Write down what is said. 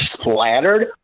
splattered